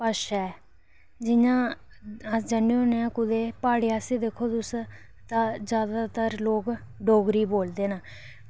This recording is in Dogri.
भाशा ऐ जि'यां अस जन्ने होन्ने आं जि'यां प्हाड़ें आह्ले पास्सै दिक्खो तुस तां जादैतर लोग डोगरी बोलदे न